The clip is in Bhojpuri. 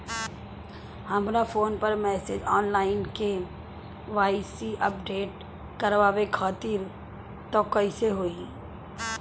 हमरा फोन पर मैसेज आइलह के.वाइ.सी अपडेट करवावे खातिर त कइसे होई?